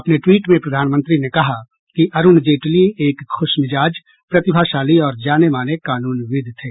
अपने टवीट में प्रधानमंत्री ने कहा कि अरूण जेटली एक खुशमिजाज प्रतिभाशाली और जानेमाने कानूनविद थे